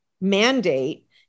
mandate